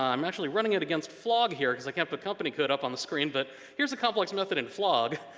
i'm actually running it against flog here cause i can't put company code up on the screen, but here's a complex method in flog.